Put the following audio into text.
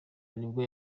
nibwo